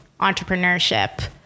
entrepreneurship